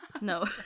No